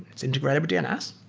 it's integrated by dns.